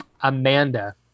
Amanda